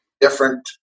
different